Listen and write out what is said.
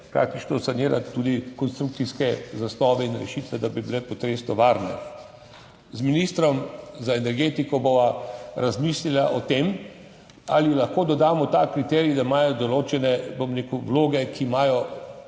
tudi sanirati konstrukcijske zasnove in rešitve, da bi bile ob potresu varne. Z ministrom za energetiko bova razmislila o tem, ali lahko dodamo ta kriterij, da imajo določene vloge, ki imajo